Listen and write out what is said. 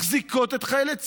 מחזיקות את חיילי צה"ל,